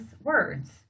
words